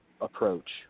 approach